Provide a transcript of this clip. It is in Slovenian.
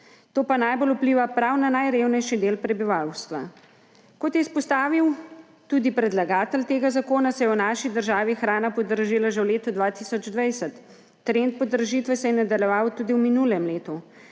To pa najbolj vpliva prav na najrevnejši del prebivalstva. Kot je izpostavil tudi predlagatelj tega zakona, se je v naši državi hrana podražila že v letu 2020, trend podražitve se je nadaljeval tudi v minulem letu.